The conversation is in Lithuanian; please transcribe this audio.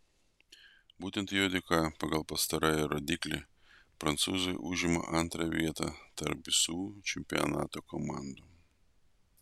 būtent jo dėka pagal pastarąjį rodiklį prancūzai užima antrą vietą tarp visų čempionato komandų